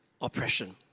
oppression